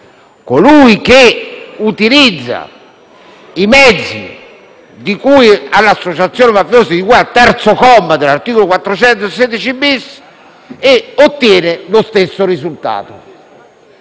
colui che utilizza i mezzi propri dell'associazione mafiosa di cui al terzo comma dell'articolo 416-*bis* ottenendo lo stesso risultato.